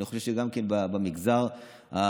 אני חושב שגם במגזר הערבי.